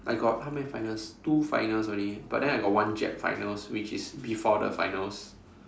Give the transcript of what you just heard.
I got how many finals two finals only but then I got one Jap finals which is before the finals